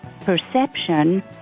perception